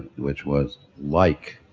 which was like,